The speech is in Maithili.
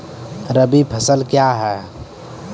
रबी फसल क्या हैं?